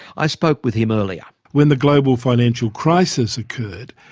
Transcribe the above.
i spoke with him earlier. when the global financial crisis occurred,